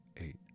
Eight